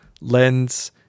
lens